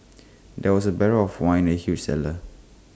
there were barrels of wine in the huge cellar